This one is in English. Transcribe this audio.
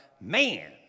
man